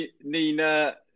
Nina